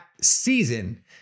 season